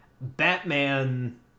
Batman